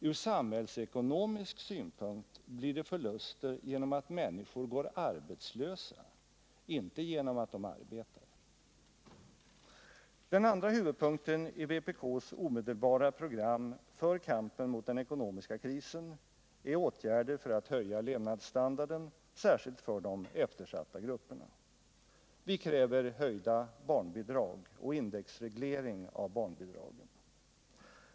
Från samhällsekonomisk synpunkt blir det förluster genom att människor går arbetslösa, inte genom att de arbetar. Den andra huvudpunkten i vpk:s omedelbara program för kampen mot den ekonomiska krisen är åtgärder för att höja levnadsstandarden, särskilt för de eftersatta grupperna. Vi kräver höjda barnbidrag och indexreglering av dessa.